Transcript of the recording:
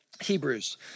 Hebrews